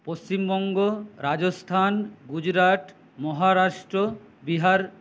Paschimbanga Rajasthan Gujarat Maharashtra Bihar